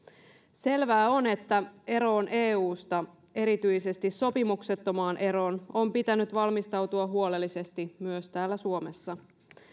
selvää on että eroon eusta erityisesti sopimuksettomaan eroon on pitänyt valmistautua huolellisesti myös täällä suomessa